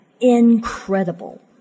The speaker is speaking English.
Incredible